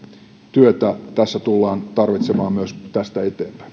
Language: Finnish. työtä tässä tullaan tarvitsemaan myös tästä